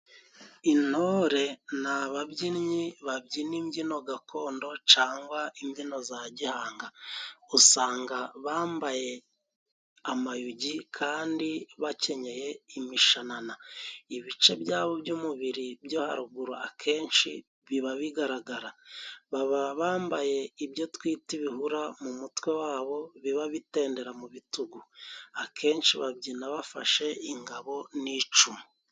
Intore ni ababyinnyi babyina imbyino gakondo cangwa imbyino za gihanga. Usanga bambaye amayugi kandi bakenyeye imishanana. Ibice byabo by'umubiri byo haruguru akenshi biba bigaragara. Baba bambaye ibyo twita ibihura mu mutwe wabo, biba bitendera mu bitugu, akenshi babyina bafashe ingabo n'icumu.